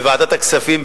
בוועדת הכספים,